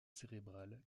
cérébrale